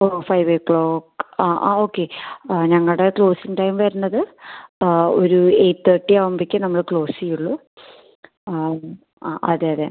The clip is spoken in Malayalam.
ഓ ഫൈവ് ഒ ക്ലോക്ക് ആ ആ ഓക്കെ ആ ഞങ്ങളുടെ ക്ലോസിംഗ് ടൈം വരുന്നത് ഒരു എയ്റ്റ് തേർട്ടി ആവുമ്പോഴേക്കേ നമ്മൾ ക്ലോസ് ചെയ്യുള്ളൂ ആണ് ആ അതെ അതെ